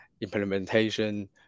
implementation